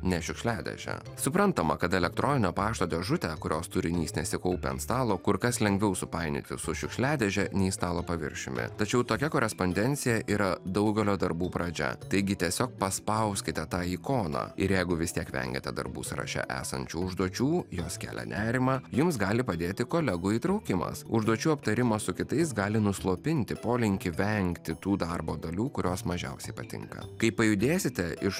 ne šiukšliadėžę suprantama kad elektroninio pašto dėžutę kurios turinys nesikaupia ant stalo kur kas lengviau supainioti su šiukšliadėže nei stalo paviršiumi tačiau tokia korespondencija yra daugelio darbų pradžia taigi tiesiog paspauskite tą ikoną ir jeigu vis tiek vengiate darbų sąraše esančių užduočių jos kelia nerimą jums gali padėti kolegų įtraukimas užduočių aptarimas su kitais gali nuslopinti polinkį vengti tų darbo dalių kurios mažiausiai patinka kai pajudėsite iš